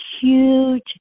huge